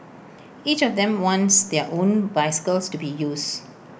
each of them wants their own bicycles to be used